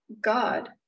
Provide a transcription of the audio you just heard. God